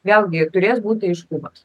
vėlgi turės būti aiškumas